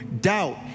doubt